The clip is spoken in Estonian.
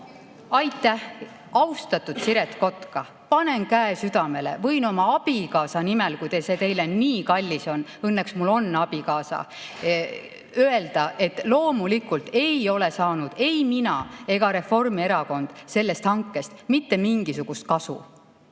Aitäh! Austatud Siret Kotka! Panen käe südamele, võin oma abikaasa nimel, kui see teile nii kallis on – õnneks mul on abikaasa –, öelda, et loomulikult ei ole saanud ei mina ega Reformierakond sellest hankest mitte mingisugust kasu.